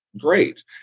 great